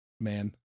man